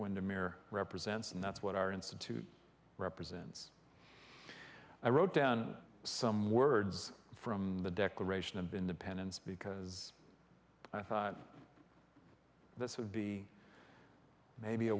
when tamir represents and that's what our institute represents i wrote down some words from the declaration of independence because i thought this would be maybe a